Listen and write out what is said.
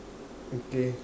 okay